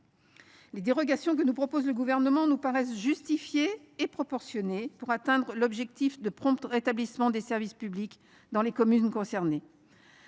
Les dérogations que nous propose le Gouvernement nous paraissent justifiées et proportionnées pour atteindre l’objectif de prompt rétablissement des services publics dans les communes concernées.